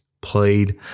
Played